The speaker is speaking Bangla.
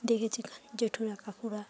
দেখেছিলাম জেঠুরা কাকুরা